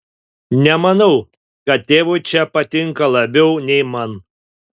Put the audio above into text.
nemanau kad tėvui čia patinka labiau nei man